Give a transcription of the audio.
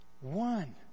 one